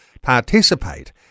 participate